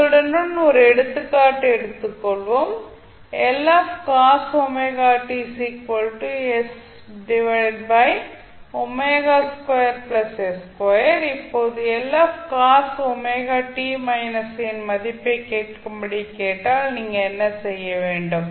இதனுடன் ஒரு எடுத்துக்காட்டு எடுத்துக் கொள்வோம் cos ωt இப்போது cos ω இன் மதிப்பைக் கேட்கும்படி கேட்டால் நீங்கள் என்ன செய்ய வேண்டும்